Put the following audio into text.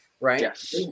right